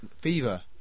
Fever